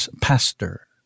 Pastor